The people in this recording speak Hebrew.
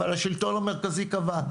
השלטון המרכזי קבע,